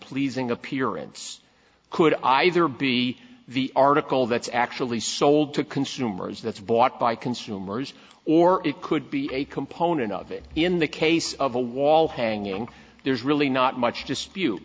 pleasing appearance could either be the article that's actually sold to consumers that's bought by consumers or it could be a component of it in the case of a wall hanging there's really not much dispute